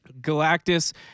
Galactus